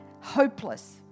hopeless